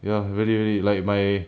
ya really really like my